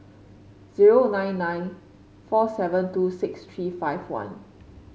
zero nine nine four seven two six three five one